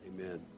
amen